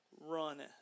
run